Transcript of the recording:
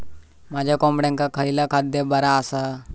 माझ्या कोंबड्यांका खयला खाद्य बरा आसा?